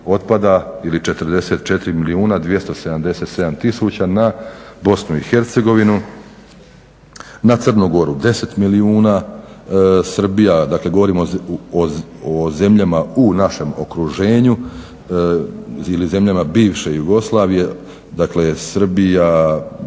otpada ili 44 milijuna 277 tisuća na BIH, na Crnu Goru 10 milijuna, Srbija, dakle govorimo o zemljama u našem okruženju ili zemljama bivše Jugoslavije, dakle Srbija